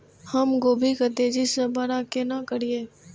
हम गोभी के तेजी से बड़ा केना करिए?